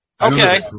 Okay